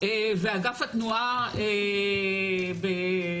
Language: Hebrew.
אגף התנועה, מהשנה הנוכחית בלבד.